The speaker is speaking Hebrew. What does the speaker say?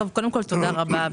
קודם כול, תודה רבה.